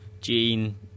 Gene